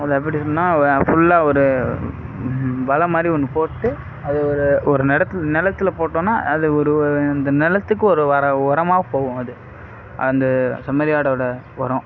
அது எப்படினா ஃபுல்லாக ஒரு வலை மாதிரி ஒன்று போட்டு அது ஒரு ஒரு நட நெலத்தில் போட்டோம்னா அது ஒரு இந்த நிலத்துக்கு உரமா போகும் அது அந்த செம்மறி ஆட்டோட ஒரம்